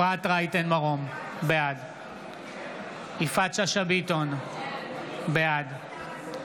בעד יפעת שאשא ביטון, בעד אלון שוסטר,